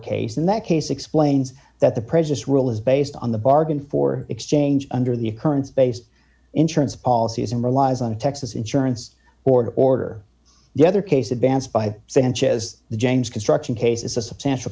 case in that case explains that the precious rule is based on the bargain for exchange under the occurrence based insurance policies and relies on texas insurance or order the other case advanced by sanchez the james construction case is a substantial